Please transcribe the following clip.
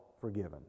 forgiven